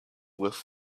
with